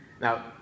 Now